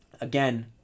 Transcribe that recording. again